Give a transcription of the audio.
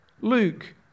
Luke